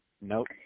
nope